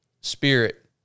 spirit